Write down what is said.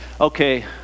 okay